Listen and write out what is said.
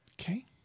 Okay